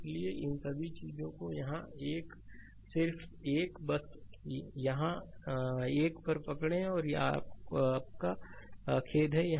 तो इन सभी चीज़ों को यहाँ 1 सिर्फ 1 बस यहाँ 1 पर पकड़ें यह आपका खेद है